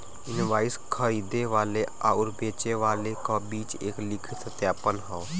invoice खरीदे वाले आउर बेचे वाले क बीच एक लिखित सत्यापन हौ